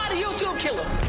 and youtube killer.